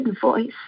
voice